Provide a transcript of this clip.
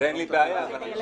שלוש פעמים החזירו אותה מגשר